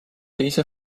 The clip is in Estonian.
teise